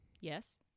Yes